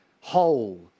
whole